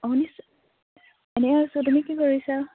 এনেই আছোঁ তুমি কি কৰিছা